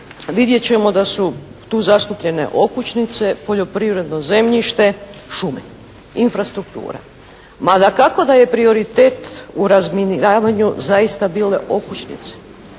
vidjet ćemo da su tu zastupljene okućnice, poljoprivredno zemljište, šume, infrastruktura. Ma, dakako da je prioritet u razminiravanju zaista bile okućnice.